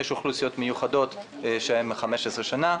יש אוכלוסיות מיוחדות שהן 15 שנה.